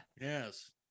Yes